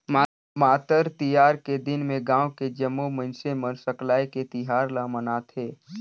मातर तिहार के दिन में गाँव के जम्मो मइनसे मन सकलाये के तिहार ल मनाथे